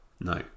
No